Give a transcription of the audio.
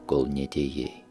kol neatėjai